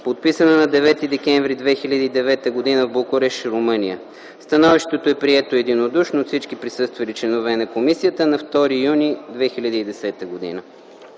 подписана на 9 декември 2009 г. в Букурещ, Румъния. Становището е прието единодушно от всички присъствали членове на комисията на 2 юни 2010 г.”